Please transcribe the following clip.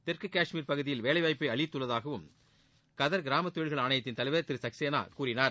தெற்கு காஷ்மீர் பகுதியில் வேலை வாய்ப்பை அளித்துள்ளதாகவும் கதர் கிராம தொழில்கள் ஆணையத்தின் தலைவர் திரு சக்சேனா கூறினார்